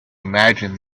imagine